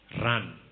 Run